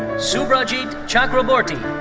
subhrajit chakraborty.